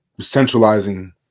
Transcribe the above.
centralizing